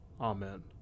amen